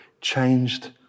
changed